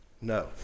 no